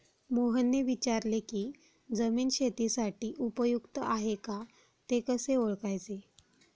मोहनने विचारले की जमीन शेतीसाठी उपयुक्त आहे का ते कसे ओळखायचे?